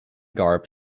garb